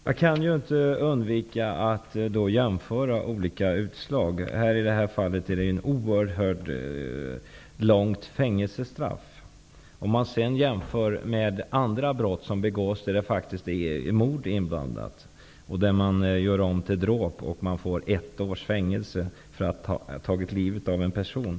Fru talman! Jag kan inte undvika att jämföra olika utslag. I detta fall är det fråga om ett oerhört långt fängelsestraff. Man kan jämföra detta brott med andra brott. Det kan faktiskt gälla mord, men den misstänkte åtalas för dråp och får bara ett års fängelse fast han har tagit livet av en person.